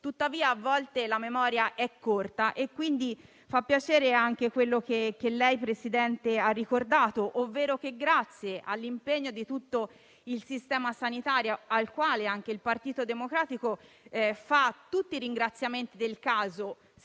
tuttavia, a volte la memoria è corta e, quindi, fa piacere anche ciò che lei, Presidente, ha ricordato. Mi riferisco all'impegno di tutto il sistema sanitario, al quale anche il Partito Democratico rivolge tutti i ringraziamenti del caso,